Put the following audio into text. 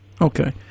Okay